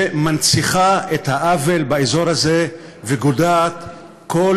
שמנציחה את העוול באזור הזה וגודעת כל